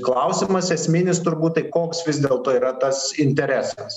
klausimas esminis turbūt tai koks vis dėlto yra tas interesas